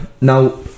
now